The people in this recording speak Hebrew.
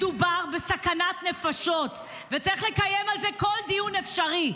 מדובר בסכנת נפשות וצריך לקיים על זה כל דיון אפשרי.